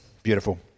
Beautiful